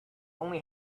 only